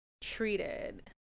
treated